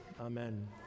amen